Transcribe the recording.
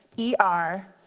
e r.